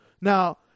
Now